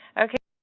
okay.